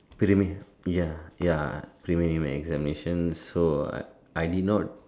prelimi ya ya preliminary examinations so I I did not